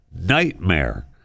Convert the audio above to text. nightmare